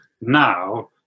Now